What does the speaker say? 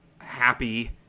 happy